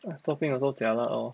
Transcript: zopeng also jialat orh